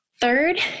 Third